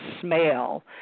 smell